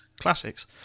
classics